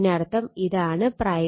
അതിനർത്ഥം ഇതാണ് primary MMF I2 N1